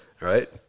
right